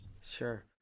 Sure